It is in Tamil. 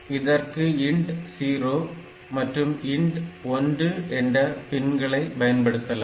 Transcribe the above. இதற்கு INT0 மற்றும் INT1 என்ற பின்களை பயன்படுத்தலாம்